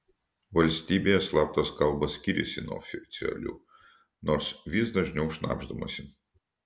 valstybėje slaptos kalbos skiriasi nuo oficialių nors vis dažniau šnabždamasi